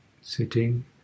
sitting